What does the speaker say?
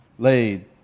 Laid